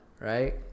right